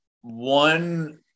one